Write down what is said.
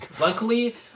Luckily